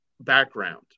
background